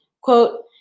Quote